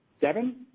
Devin